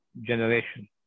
generation